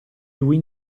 lui